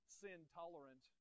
sin-tolerant